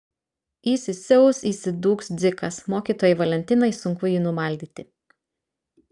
įsisiaus įsidūks dzikas mokytojai valentinai sunku jį numaldyti